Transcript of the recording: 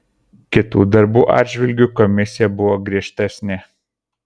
kitų darbų atžvilgiu komisija buvo griežtesnė